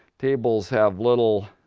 tables have little